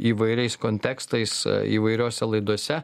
įvairiais kontekstais įvairiose laidose